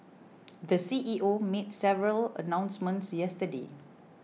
the C E O made several announcements yesterday